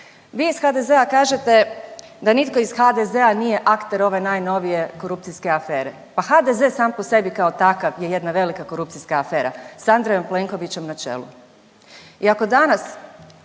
Vi iz HDZ-a kažete da nitko iz HDZ-a nije akter ove najnovije korupcijske afere, pa HDZ sam po sebi kao takav je jedna velika korupcijska afera s Andrejom Plenkovićem na čelu i ako danas